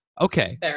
Okay